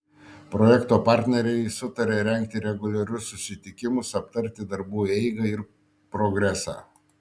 projekto partneriai sutarė rengti reguliarius susitikimus aptarti darbų eigą ir progresą